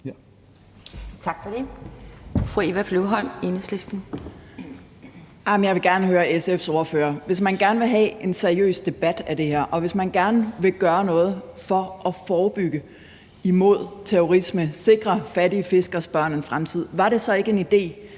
Jeg vil gerne høre SF's ordfører: Hvis man gerne vil have en seriøs debat af det her, og hvis man gerne vil gøre noget for at forebygge terrorisme og sikre fattige fiskeres børn en fremtid, var det så ikke en idé,